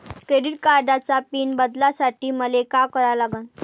Credit कार्डाचा pin बदलासाठी मले का करा लागन?